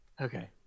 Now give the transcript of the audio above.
Okay